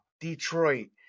Detroit